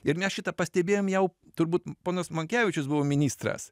ir mes šitą pastebėjom jau turbūt ponas monkevičius buvo ministras